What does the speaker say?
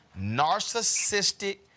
narcissistic